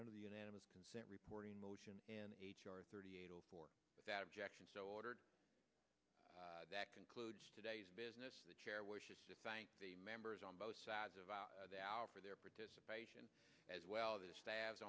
under the unanimous consent reporting motion in h r thirty eight for that objection so ordered that concludes today's business the chair wishes to find the members on both sides of the hour for their participation as well as da